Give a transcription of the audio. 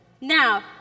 Now